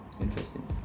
interesting